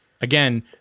again